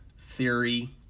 theory